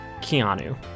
Keanu